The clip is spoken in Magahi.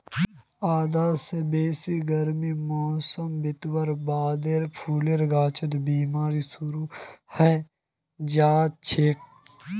आधा स बेसी गर्मीर मौसम बितवार बादे फूलेर गाछत बिमारी शुरू हैं जाछेक